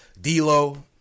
D-Lo